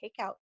takeout